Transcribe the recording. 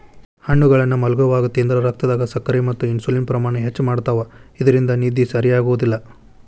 ಹಣ್ಣುಗಳನ್ನ ಮಲ್ಗೊವಾಗ ತಿಂದ್ರ ರಕ್ತದಾಗ ಸಕ್ಕರೆ ಮತ್ತ ಇನ್ಸುಲಿನ್ ಪ್ರಮಾಣ ಹೆಚ್ಚ್ ಮಾಡ್ತವಾ ಇದ್ರಿಂದ ನಿದ್ದಿ ಸರಿಯಾಗೋದಿಲ್ಲ